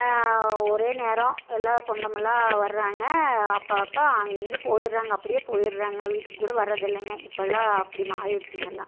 ஒரே நேரம் எல்லா சொந்தமெல்லாம் வராங்க அப்பப்போ அங்கே இங்கே போயிடுறாங்க அப்படியே போயிடுறாங்க வீட்டுக்கு கூட வர்றதில்லைங்க இப்போல்லாம் அப்படி மாறிடுச்சிங்க எல்லாம்